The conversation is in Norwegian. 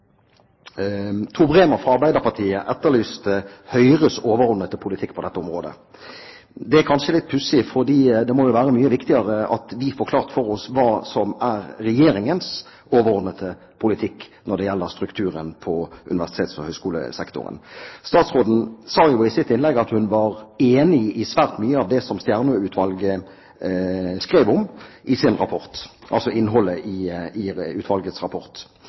Bremer fra Arbeiderpartiet etterlyste Høyres overordnede politikk på dette området. Det er litt pussig, for det må jo være mye viktigere at vi får klart for oss hva som er Regjeringens overordnede politikk når det gjelder strukturen på universitets- og høyskolesektoren. Statsråden sa i sitt innlegg at hun var enig i svært mye av innholdet i Stjernø-utvalgets rapport, men siden hun også, sammen med Regjeringen, avviste anbefalingene fra utvalget, er det i